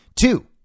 Two